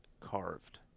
Carved